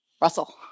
Russell